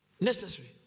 Necessary